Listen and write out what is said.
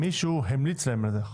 מישהו המליץ להם על כך.